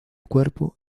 cuerpo